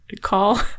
call